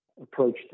approach